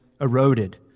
eroded